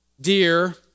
Dear